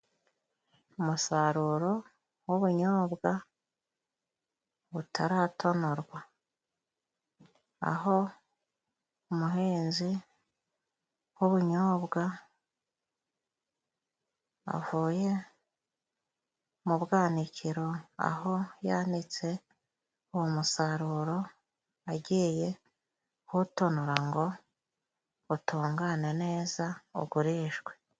Umusaruro w'ubunyobwa butaratonorwa aho umuhinzi w'ubunyobwa avuye mu bwanikiro aho yanitse uwo musaruro, agiye kuwutonora ngo utungane neza ugurishwe.